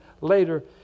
later